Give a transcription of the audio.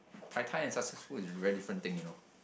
tai tai and successful is very different thing you know